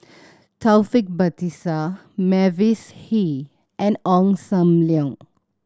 Taufik Batisah Mavis Hee and Ong Sam Leong